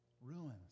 ruins